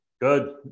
Good